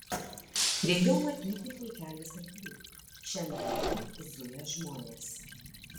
prie jo matyti pulkelis arklių šen bei ten zuja žmonės